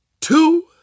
two